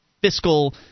fiscal